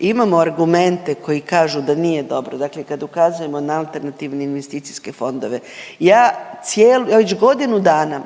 imamo argumente koji kažu da nije dobro. Dakle, kad ukazujemo na alternativne investicijske fondove ja cijelo, već godinu dana